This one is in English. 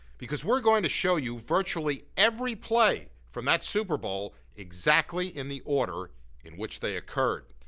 because we're going to show you virtually every play from that super bowl exactly in the order in which they occurred.